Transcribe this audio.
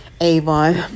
Avon